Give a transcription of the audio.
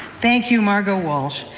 thank you, margo walsh,